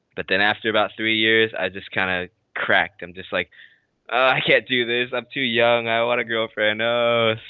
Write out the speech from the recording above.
but then after about three years i just kind of cracked him just like i can't do this. i'm too young i want a girlfriend